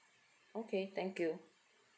okay thank you